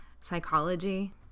psychology